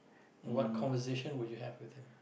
and what conversation would you have with him